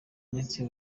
ndetse